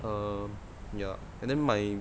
um ya and then my